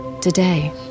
today